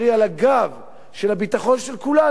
על הגב של הביטחון של כולנו,